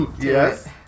Yes